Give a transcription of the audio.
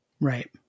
Right